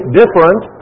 different